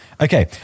Okay